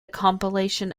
compilation